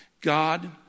God